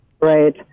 Right